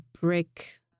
brick